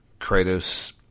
Kratos